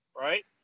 Right